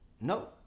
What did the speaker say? no